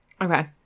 Okay